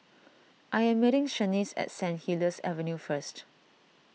I am meeting Shaniece at Saint Helier's Avenue first